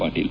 Patil